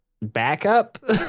backup